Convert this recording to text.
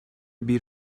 bir